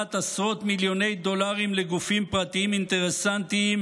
הזרמת עשרות מיליוני דולרים לגופים פרטיים אינטרסנטיים